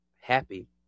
Happy